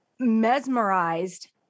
mesmerized